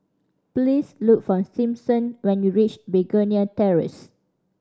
please look for Simpson when you reach Begonia Terrace